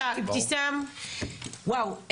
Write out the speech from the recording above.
וואו,